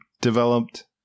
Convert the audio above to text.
developed